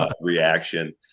reaction